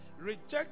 reject